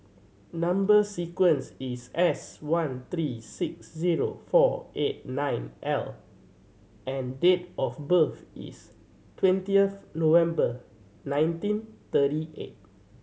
number sequence is S one three six zero four eight nine L and date of birth is twentieth November nineteen thirty eight